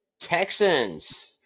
Texans